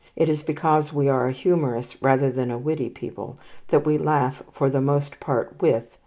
it is because we are a humorous rather than a witty people that we laugh for the most part with,